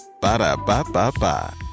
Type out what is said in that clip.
Ba-da-ba-ba-ba